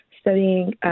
studying